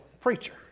preacher